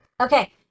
okay